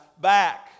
back